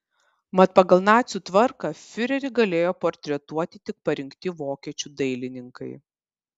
mat pagal nacių tvarką fiurerį galėjo portretuoti tik parinkti vokiečių dailininkai